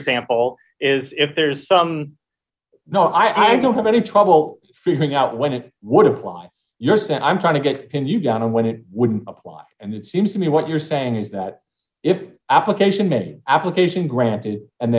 example is if there's some no i don't have any trouble figuring out when it would apply your sense i'm trying to get pin you down when it wouldn't apply and it seems to me what you're saying is that if application may application granted and